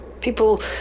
People